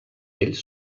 ells